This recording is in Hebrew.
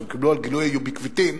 שקיבלו על גילוי ה-Ubiquitin,